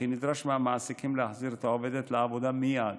וכי נדרש מהמעסיקים להחזיר את העובדת לעבודה מייד